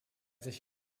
sich